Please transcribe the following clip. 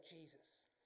Jesus